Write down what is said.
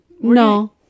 no